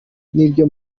n’ibyo